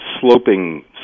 sloping